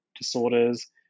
disorders